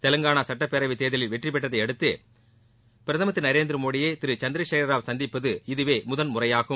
தெலங்கானா சட்டப்பேரவைத் தேர்தலில் வெற்றி பெற்றதையடுத்து பிரதமர் திரு நரேந்திர மோடியை திரு சந்திர சேகர ராவ் சந்திப்பது இதவே முதன்முறையாகும்